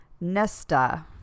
nesta